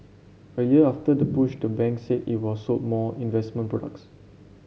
a year after the push the bank said it was sold more investment products